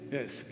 Yes